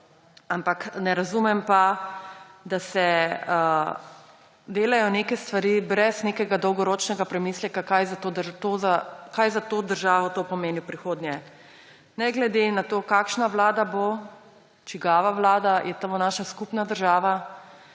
ampak ne razumem pa, da se delajo neke stvari brez nekega dolgoročnega premisleka, kaj za to državo to pomeni v prihodnje. Ne glede na to, kakšna vlada bo, čigava vlada, to je naša skupna država